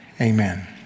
amen